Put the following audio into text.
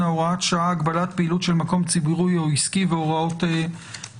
החדש (הוראת שעה) (הגבלת פעילות של מקום ציבורי או עסקי והוראות נוספות).